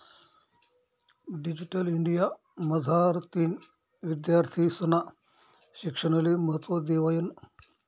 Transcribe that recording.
digital India मझारतीन विद्यार्थीस्ना शिक्षणले महत्त्व देवायनं